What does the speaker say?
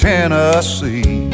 Tennessee